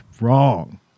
wrong